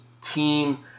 team